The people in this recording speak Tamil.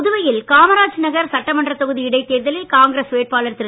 புதுவையில் காமராஜ் நகர் சட்டமன்ற தொகுதி இடைத்தேர்தலில் காங்கிரஸ் வேட்பாளர் திரு